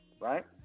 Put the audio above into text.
right